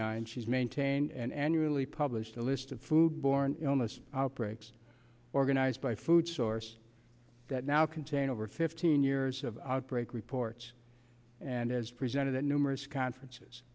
is maintained and annually published a list of food borne illness outbreaks organized by food source that now contain over fifteen years of outbreak reports and as presented at numerous conferences